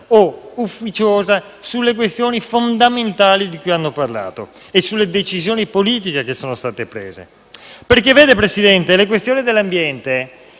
o ufficiosa sulle questioni fondamentali di cui hanno parlato e sulle decisioni politiche che sono state prese. Vede, signor Presidente, la questione dell'ambiente